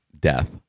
death